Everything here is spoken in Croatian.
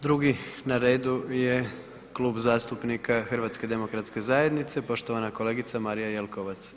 Drugi na redu je Klub zastupnika HDZ-a, poštovana kolegica Marija Jelkovac.